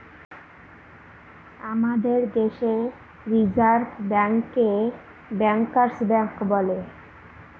আমাদের দেশে রিসার্ভ ব্যাঙ্কে ব্যাঙ্কার্স ব্যাঙ্ক বলে